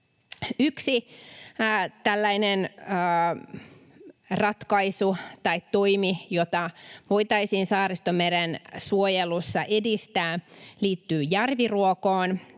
ratkaisu tai toimi, jota voitaisiin Saaristomeren suojelussa edistää, liittyy järviruokoon.